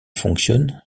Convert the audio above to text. fonctionnent